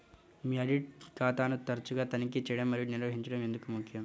మీ audit ఖాతాను తరచుగా తనిఖీ చేయడం మరియు నిర్వహించడం ఎందుకు ముఖ్యం?